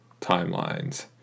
timelines